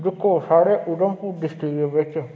दिक्खो साढ़े उधमपुर डिस्ट्रिक बिच